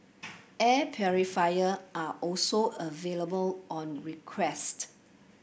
air purifier are also available on request